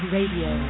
Radio